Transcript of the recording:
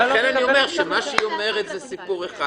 לכן אני אומר שמה שהיא אומרת זה סיפור אחד